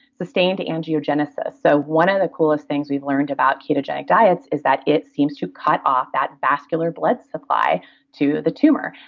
sustained angiogenesis, so one of the coolest things we've learned about ketogenic diets is that it seems to cut off that vascular blood supply to the tumor.